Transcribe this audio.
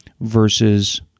versus